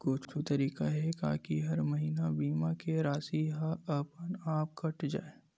कुछु तरीका हे का कि हर महीना बीमा के राशि हा अपन आप कत जाय?